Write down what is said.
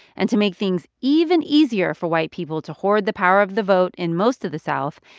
and to make things even easier for white people to hoard the power of the vote in most of the south,